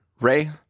Ray